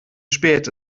spät